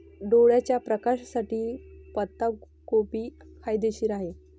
डोळ्याच्या प्रकाशासाठी पत्ताकोबी फायदेशीर आहे